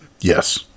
Yes